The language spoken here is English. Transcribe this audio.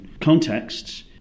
contexts